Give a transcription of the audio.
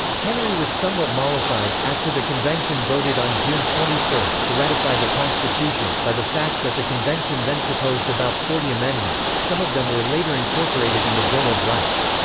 henry was somewhat mollified, after the convention voted on june twenty one to ratify the constitution by the fact that the convention then proposed about forty amendments some of them were later incorporated in the bill of rights.